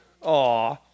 Aw